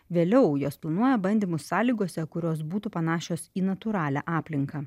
vėliau jos planuoja bandymus sąlygose kurios būtų panašios į natūralią aplinką